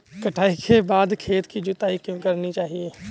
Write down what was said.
कटाई के बाद खेत की जुताई क्यो करनी चाहिए?